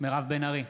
מירב בן ארי,